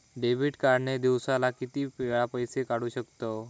Debit card ने दिवसाला किती वेळा पैसे काढू शकतव?